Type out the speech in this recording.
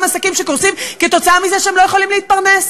עסקים שקורסים כתוצאה מזה שהם לא יכולים להתפרנס?